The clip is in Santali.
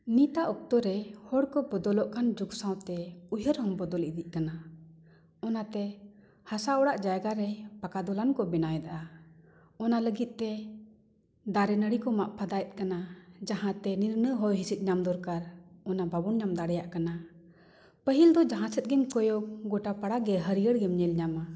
ᱱᱤᱛᱟᱜ ᱚᱠᱛᱚ ᱨᱮ ᱦᱚᱲ ᱠᱚ ᱵᱚᱫᱚᱞᱚᱜ ᱠᱟᱱ ᱡᱩᱜᱽ ᱥᱟᱶᱛᱮ ᱩᱭᱦᱟᱹᱨ ᱦᱚᱸ ᱵᱚᱫᱚᱞ ᱤᱫᱤᱜ ᱠᱟᱱᱟ ᱚᱱᱟᱛᱮ ᱦᱟᱥᱟ ᱚᱲᱟᱜ ᱡᱟᱭᱜᱟ ᱨᱮ ᱯᱟᱠᱟ ᱫᱚᱞᱟᱱ ᱠᱚ ᱵᱮᱱᱟᱣ ᱫᱟ ᱚᱱᱟ ᱞᱟᱹᱜᱤᱫ ᱛᱮ ᱫᱟᱨᱮ ᱱᱟᱹᱲᱤ ᱠᱚ ᱢᱟᱜ ᱯᱷᱟᱫᱟᱭᱮᱫ ᱠᱟᱱᱟ ᱡᱟᱦᱟᱸᱛᱮ ᱱᱤᱨᱞᱟᱹ ᱦᱚᱭ ᱦᱤᱸᱥᱤᱫ ᱧᱟᱢ ᱫᱚᱨᱠᱟᱨ ᱚᱱᱟ ᱵᱟᱵᱚᱱ ᱧᱟᱢ ᱫᱟᱲᱮᱭᱟᱜ ᱠᱟᱱᱟ ᱯᱟᱹᱦᱤᱞ ᱫᱚ ᱡᱟᱦᱟᱸ ᱥᱮᱫ ᱜᱮᱢ ᱠᱚᱭᱚᱜ ᱜᱚᱴᱟ ᱯᱟᱲᱟᱜᱮ ᱦᱟᱹᱨᱭᱟᱹᱲ ᱜᱮᱢ ᱧᱮᱞ ᱧᱟᱢᱟ